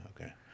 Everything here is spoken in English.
Okay